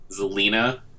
Zelina